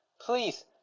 please